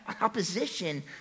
opposition